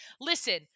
Listen